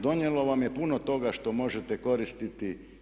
Donijelo vam je puno toga što možete koristiti.